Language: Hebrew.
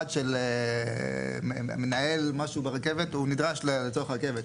ברור שהמשרד של מנהל משהו ברכבת הוא נדרש לצורך הרכבת.